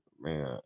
man